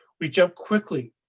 we jump quickly,